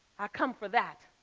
i come for that.